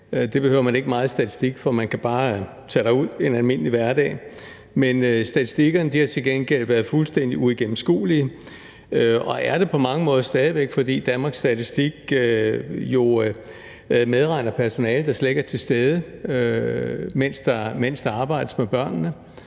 Det behøver man ikke meget statistik for at se, for man kan bare tage derud en almindelig hverdag. Men statistikkerne har til gengæld været fuldstændig uigennemskuelige og er det på mange måder stadig væk, fordi Danmarks Statistik jo medregner personale, der slet ikke er til stede, mens der arbejdes med børnene.